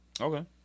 okay